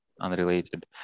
unrelated